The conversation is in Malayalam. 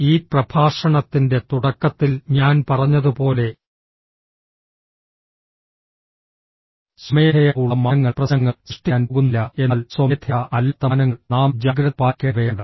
ഈ പ്രഭാഷണത്തിൻറെ തുടക്കത്തിൽ ഞാൻ പറഞ്ഞതുപോലെ സ്വമേധയാ ഉള്ള മാനങ്ങൾ പ്രശ്നങ്ങൾ സൃഷ്ടിക്കാൻ പോകുന്നില്ല എന്നാൽ സ്വമേധയാ അല്ലാത്ത മാനങ്ങൾ നാം ജാഗ്രത പാലിക്കേണ്ടവയാണ്